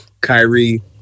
Kyrie